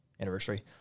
anniversary